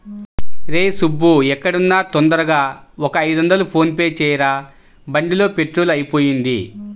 రేయ్ సుబ్బూ ఎక్కడున్నా తొందరగా ఒక ఐదొందలు ఫోన్ పే చెయ్యరా, బండిలో పెట్రోలు అయిపొయింది